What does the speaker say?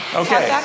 okay